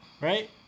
right